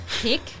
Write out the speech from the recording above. pick